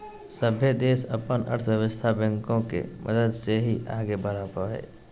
सभे देश अपन अर्थव्यवस्था बैंको के मदद से ही आगे बढ़ावो हय